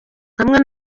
hamwe